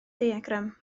diagram